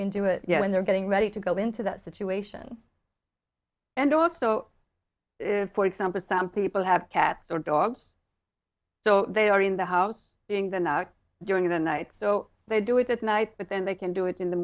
can do it you know when they're getting ready to go into that situation and also if for example some people have cats or dogs so they are in the house being the not during the night so they do it at night but then they can do it in the